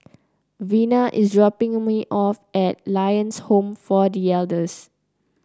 Vena is dropping me off at Lions Home for The Elders